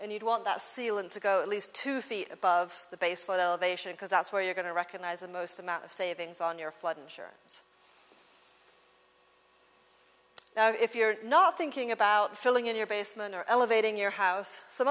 and you'd want that sealant to go at least two feet above the base for the elevation because that's where you're going to recognize the most amount of savings on your flood insurance if you're not thinking about filling in your basement or elevating your house some